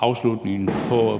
afslutningen